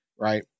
right